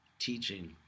Teaching